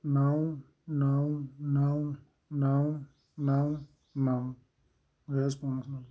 نَو نَو نَو نَو نَو نَو گٔے حظ پانٛژھ نَمبَر